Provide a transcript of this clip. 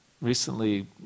recently